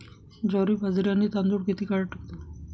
ज्वारी, बाजरी आणि तांदूळ किती काळ टिकतो?